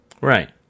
Right